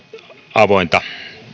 avointa